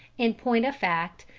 in point of fact,